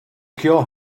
cure